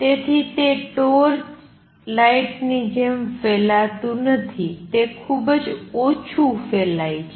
તેથી તે ટોર્ચ લાઇટની જેમ ફેલાતું નથી તે ખૂબ ઓછું ફેલાય છે